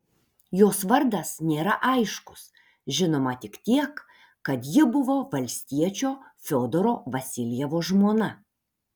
jos vardas nėra aiškus žinoma tik tiek kad ji buvo valstiečio fiodoro vasiljevo žmona